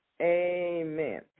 amen